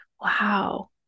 wow